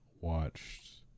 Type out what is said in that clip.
watched